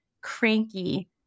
cranky